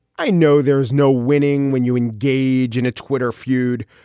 i know there is no winning when you engage in a twitter feud,